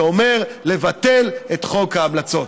שאומר לבטל את חוק ההמלצות.